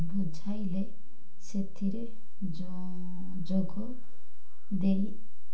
ବୁଝାଇଲେ ସେଥିରେ ଯୋ ଯୋଗ ଦେଇ